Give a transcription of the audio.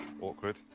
Awkward